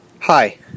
Hi